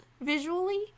visually